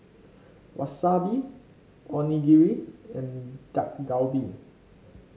Wasabi Onigiri and Dak Galbi